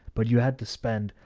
but you had to spend,